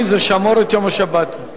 שמור את יום השבת.